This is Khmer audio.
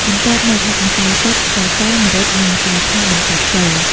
បន្ទាប់មក ដាក់ ម្សៅស៊ុប ស្ករស ម្រេច និង ម្សៅឆាបន្តិច ចូល។